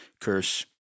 curse